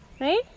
right